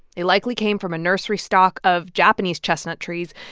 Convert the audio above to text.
it likely came from a nursery stock of japanese chestnut trees,